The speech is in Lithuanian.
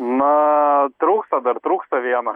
na trūksta dar trūksta vieno